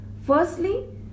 Firstly